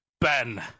Ben